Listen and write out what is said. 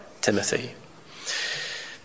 Timothy